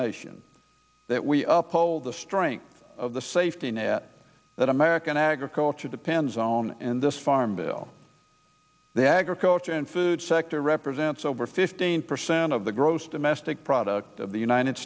nation that we uphold the strength of the safety net that american agriculture depends on and this farm bill the agriculture and food sector represents over fifteen percent of the gross domestic product of the united